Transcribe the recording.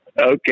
Okay